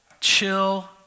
Chill